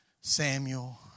Samuel